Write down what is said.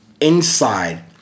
inside